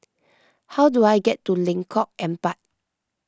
how do I get to Lengkok Empat